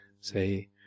say